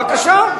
בבקשה.